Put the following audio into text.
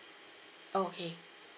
oh okay